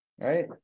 right